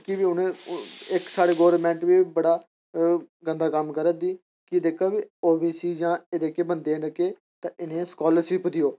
इक साढ़ै गौरमैंट बड़ा गंदा कम्म करा दी ऐ ओह् जेह्के बी ओ सी जां जेह्के बंदे न जेह्के तां इ'नें ई स्कालरशिप देओ